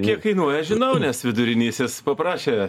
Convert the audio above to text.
kiek kainuoja žinau nes vidurinysis paprašė